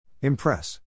Impress